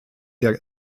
der